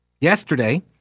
yesterday